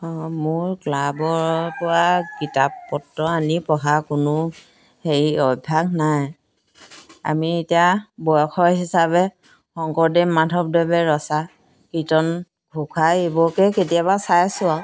মোৰ ক্লাবৰ পৰা কিতাপ পত্ৰ আনি পঢ়া কোনো হেৰি অভ্যাস নাই আমি এতিয়া বয়সৰ হিচাপে শংকৰদেৱ মাধৱদেৱে ৰচা কীৰ্তন ঘোষাই এইবোৰকে কেতিয়াবা চাইছোঁ আৰু